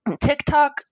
TikTok